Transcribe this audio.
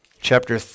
chapter